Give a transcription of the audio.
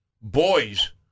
boys